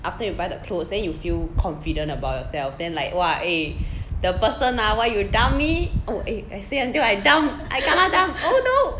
after you buy the clothes then you feel confident about yourself then like !wah! eh the person ah why you dump me oh eh I say until I dump I kena dump oh no